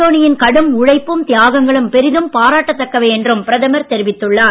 தோனியின் கடும் உழைப்பும் தியாகங்களும் பெரிதும் பாராட்டத் தக்கவை என்றும் பிரதமர் தெரிவித்துள்ளார்